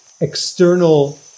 external